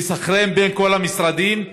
לסנכרן בין כל המשרדים,